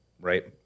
right